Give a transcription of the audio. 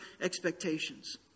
expectations